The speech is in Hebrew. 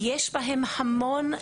ויש בהם המון,